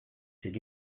c’est